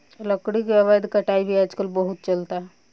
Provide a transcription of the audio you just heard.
लकड़ी के अवैध कटाई भी आजकल बहुत चलता